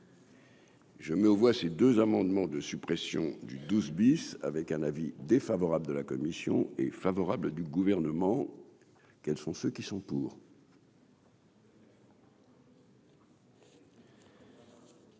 aux voix ces deux amendements de suppression du 12 bis avec un avis défavorable de la commission est favorable du gouvernement, quels sont ceux qui sont pour.